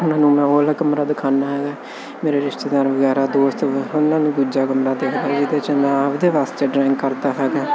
ਉਹਨਾਂ ਨੂੰ ਮੈਂ ਉਹ ਵਾਲਾ ਕਮਰਾ ਦਿਖਾਉਂਦਾ ਹੈਗਾ ਮੇਰੇ ਰਿਸ਼ਤੇਦਾਰ ਵਗੈਰਾ ਦੋਸਤ ਉਹਨਾਂ ਨੂੰ ਦੂਜਾ ਕਮਰਾ ਆਪਦੇ ਵਾਸਤੇ ਡਰਾਇੰਗ ਕਰਦਾ ਹੈਗਾ